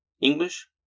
English